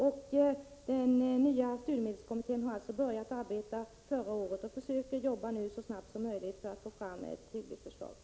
Den nya studiemedelskommittén har ju börjat arbeta förra året och försöker nu jobba så snabbt som möjligt för att få fram ett hyggligt förslag.